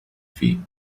feet